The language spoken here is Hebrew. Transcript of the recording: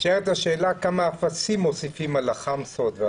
נשאלת השאלה כמה אפסים מוסיפים על החמסות.